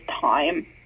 time